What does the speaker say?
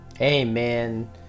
Amen